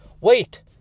wait